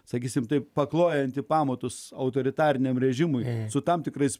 sakysime taip paklojanti pamatus autoritariniam režimui su tam tikrais